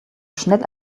schnell